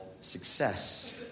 success